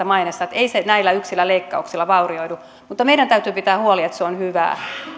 maineesta ettei se näillä yksillä leikkauksilla vaurioidu mutta meidän täytyy pitää huoli että se on hyvää